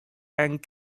and